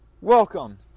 welcome